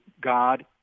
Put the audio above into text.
God